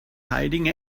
hiding